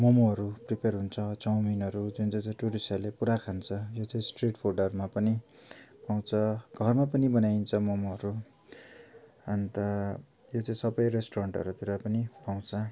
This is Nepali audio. मोमोहरू प्रिपेर हुन्छ चउमिनहरू जुन चाहिँ चाहिँ टुरिस्टहरूले पुरा खान्छ यो चाहिँ स्ट्रिट फुडहरूमा पनि पाउँछ घरमा पनि बनाइन्छ मोमोहरू अन्त यो चाहिँ सबै रेस्टुरन्टहरूतिर पनि पाउँछ